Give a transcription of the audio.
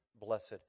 blessed